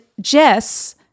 Jess